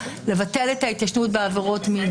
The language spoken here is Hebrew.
לבטל את ההתיישנות בעבירות מין,